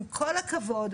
עם כל הכבוד,